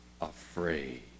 afraid